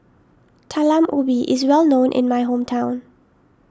Talam Ubi is well known in my hometown